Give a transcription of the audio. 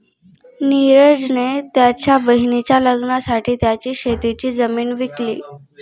निरज ने त्याच्या बहिणीच्या लग्नासाठी त्याची शेतीची जमीन विकली